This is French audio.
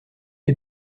est